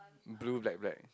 blue black black